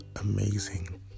amazing